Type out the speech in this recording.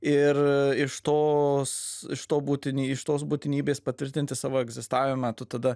ir iš tos iš to būtini iš tos būtinybės patvirtinti savo egzistavimą tu tada